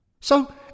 So